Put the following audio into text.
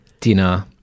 dinner